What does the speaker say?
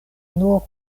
nur